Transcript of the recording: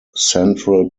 central